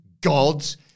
gods